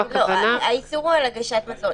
הסבירו על הגשת מזון.